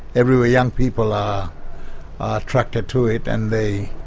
everywhere young people are attracted to it and they,